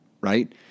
right